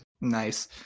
Nice